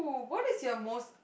what is your most